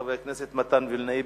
חבר הכנסת מתן וילנאי,